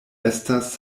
estas